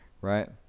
right